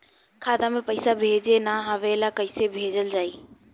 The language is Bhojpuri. खाता में पईसा भेजे ना आवेला कईसे भेजल जाई?